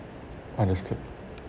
understood